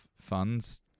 funds